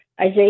Isaiah